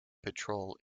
patrol